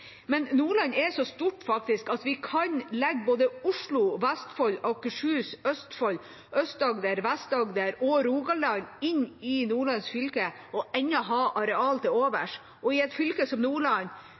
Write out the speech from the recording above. Nordland er faktisk så stort at vi kan legge både Oslo, Vestfold, Akershus, Østfold, Aust-Agder, Vest-Agder og Rogaland inn i Nordland fylke og enda ha areal til